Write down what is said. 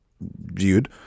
viewed